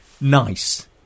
nice